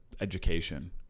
education